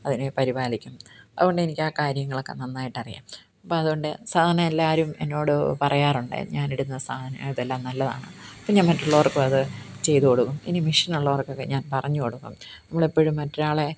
അതിനെ പരിപാലിക്കും അതുകൊണ്ട് എനിക്ക് ആ കാര്യങ്ങളൊക്കെ നന്നായിട്ട് അറിയാം അപ്പം അതുകൊണ്ട് സാധാരണ എല്ലാവരും എന്നോട് പറയാറുണ്ട് ഞാൻ ഇടുന്ന സാധനം ഇതെല്ലാം നല്ലതാണെന്ന് അപ്പം ഞാന് മറ്റുള്ളവര്ക്കും അത് ചെയ്ത് കൊടുക്കും ഇനി മെഷീൻ ഉള്ളവര്ക്കൊക്കെ ഞാന് പറഞ്ഞ് കൊടുക്കും നമ്മൾ എപ്പൊഴും മറ്റൊരാളെ